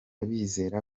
bizera